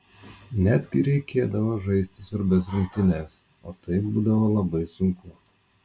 netgi reikėdavo žaisti svarbias rungtynes o tai būdavo labai sunku